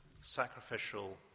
sacrificial